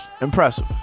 Impressive